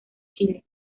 chile